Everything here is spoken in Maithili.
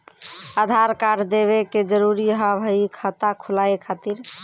आधार कार्ड देवे के जरूरी हाव हई खाता खुलाए खातिर?